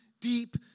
deep